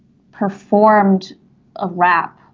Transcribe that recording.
performed a rap.